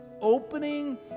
opening